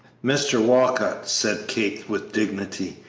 mr. walcott, said kate, with dignity,